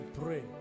pray